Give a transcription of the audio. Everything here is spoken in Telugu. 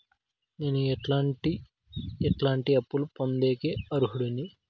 నేను ఎట్లాంటి ఎట్లాంటి అప్పులు పొందేకి అర్హుడిని?